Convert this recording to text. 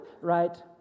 right